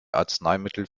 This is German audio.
arzneimittel